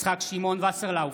בהצבעה יצחק שמעון וסרלאוף,